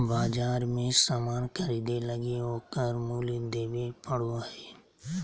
बाजार मे सामान ख़रीदे लगी ओकर मूल्य देबे पड़ो हय